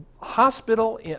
hospital